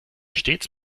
stets